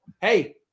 Hey